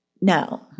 No